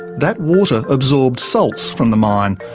that water absorbed salts from the mine,